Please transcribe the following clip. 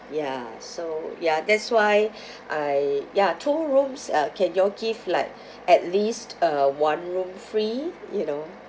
ya so ya that's why I ya two rooms uh can you all give like at least uh one room free you know